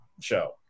show